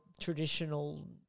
traditional